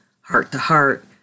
heart-to-heart